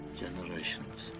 generations